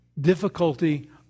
difficulty